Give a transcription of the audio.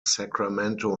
sacramento